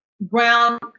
brown